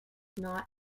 not